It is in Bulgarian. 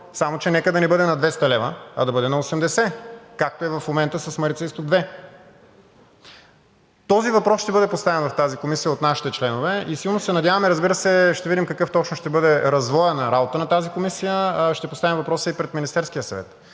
само че нека цената да не бъде на 200 лв., а да бъде на 80, както е в момента с „Марица изток 2“. Този въпрос ще бъде поставен в комисията от нашите членове и силно се надяваме и разбира се, ще видим какъв точно ще бъде развоят на работата ѝ и ще поставим въпроса и пред Министерския съвет.